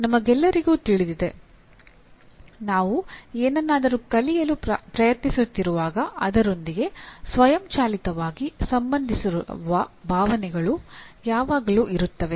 ನಮಗೆಲ್ಲರಿಗೂ ತಿಳಿದಿದೆ ನಾವು ಏನನ್ನಾದರೂ ಕಲಿಯಲು ಪ್ರಯತ್ನಿಸುತ್ತಿರುವಾಗ ಅದರೊಂದಿಗೆ ಸ್ವಯಂಚಾಲಿತವಾಗಿ ಸಂಬಂಧಿಸಿರುವ ಭಾವನೆಗಳು ಯಾವಾಗಲೂ ಇರುತ್ತವೆ